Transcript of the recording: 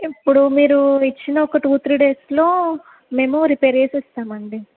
ఇప్పుడు మీరు ఇచ్చిన ఒక టూ త్రీ డేస్లో మేము రిపేర్ చేసి ఇస్తాము అండి